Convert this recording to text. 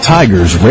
Tigers